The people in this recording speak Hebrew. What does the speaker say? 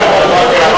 אתה לא אשכנזי,